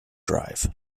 drive